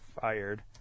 fired